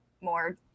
more